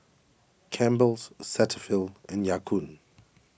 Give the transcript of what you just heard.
Campbell's Cetaphil and Ya Kun